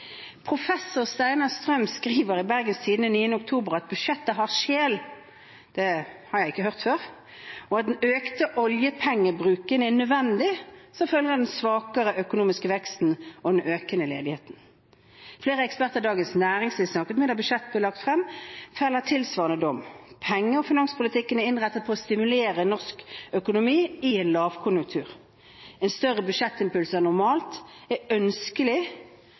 Professor Steinar Strøm skriver i Bergens Tidende 9. oktober at budsjettet har «sjel» – det har jeg ikke hørt før – og at den økte oljepengebruken er nødvendig som følge av den svakere økonomiske veksten og den økende ledigheten. Flere eksperter Dagens Næringsliv snakket med da budsjettet ble lagt frem, feller en tilsvarende dom. Penge- og finanspolitikken er innrettet på å stimulere norsk økonomi i en lavkonjunktur. En større budsjettimpuls enn normalt er ønskelig